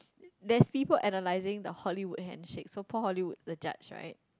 there is people analysing the Hollywood handshake so Paul Hollywood the judge right